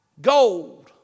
gold